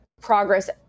progress